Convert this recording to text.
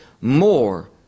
more